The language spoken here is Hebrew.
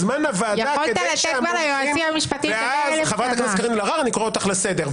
חברת הכנסת קארין אלהרר, אני קורא אותך לסדר.